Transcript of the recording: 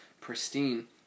pristine